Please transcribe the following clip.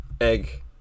egg